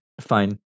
Fine